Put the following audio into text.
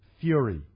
fury